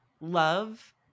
love